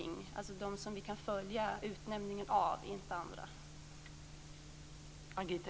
Det gäller dem där vi kan följa utnämningarna - inte andra.